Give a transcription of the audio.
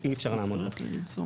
כמו זמן בלתי אפשרי.